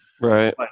right